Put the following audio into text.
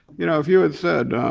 you know if you had said,